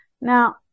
Now